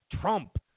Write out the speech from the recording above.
Trump